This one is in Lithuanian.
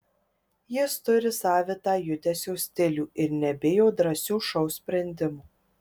jis turi savitą judesio stilių ir nebijo drąsių šou sprendimų